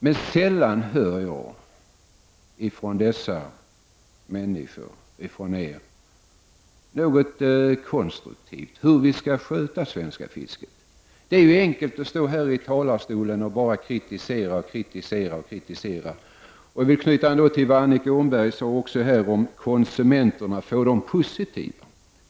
Men sällan hör jag från er något konstruktivt om hur vi skall sköta det svenska fisket. Det är enkelt att stå här i talarstolen och bara kritisera och kritisera. Jag vill här knyta an till vad Annika Åhnberg sade om att få konsumenterna positivt inställda.